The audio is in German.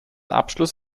abschluss